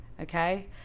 Okay